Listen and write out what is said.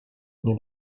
nie